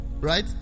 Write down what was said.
Right